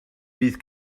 bydd